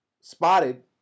spotted